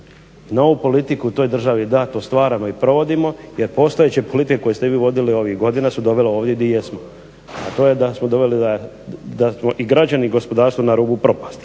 Novu politiku u toj državi da, to stvaramo i provodimo, jer postojeće politike koje ste vi vodili ovih godina su dovele ovdje di jesmo, a to je da smo doveli, da smo i građani i gospodarstvo na rubu propasti.